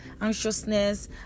anxiousness